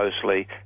closely